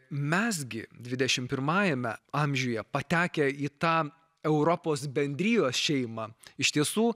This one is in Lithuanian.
mes gi dvidešimt pirmajame amžiuje patekę į tą europos bendrijos šeimą iš tiesų